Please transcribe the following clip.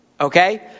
Okay